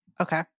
Okay